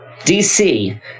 DC